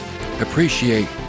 Appreciate